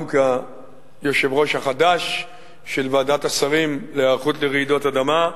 גם כיושב-ראש החדש של ועדת השרים להיערכות לרעידות אדמה,